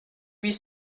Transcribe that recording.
huit